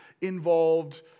involved